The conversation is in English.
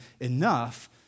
enough